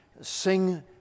sing